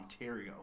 Ontario